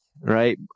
right